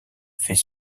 fait